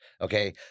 Okay